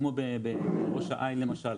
כמו בראש העין למשל,